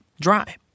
dry